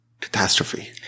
catastrophe